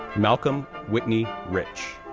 malcolm whitney rich,